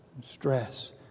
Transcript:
stress